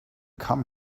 come